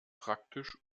praktisch